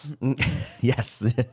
Yes